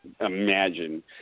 imagine